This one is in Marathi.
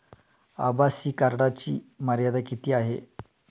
आभासी कार्डची मर्यादा किती आहे?